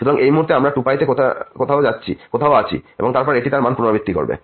সুতরাং এই মুহুর্তে আমরা 2π তে কোথাও আছি এবং তারপর এটি তার মান পুনরাবৃত্তি করবে